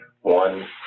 one